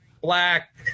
black